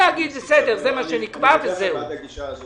אני לא מדבר על הגופים הפוטנציאליים.